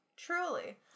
Truly